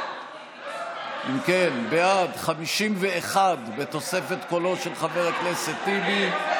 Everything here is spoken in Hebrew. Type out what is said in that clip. אם כן, בעד, 51 בתוספת קולו של חבר הכנסת טיבי,